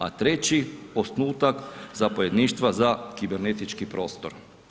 A treći osnutak zapovjedništva za kibernetički prostor.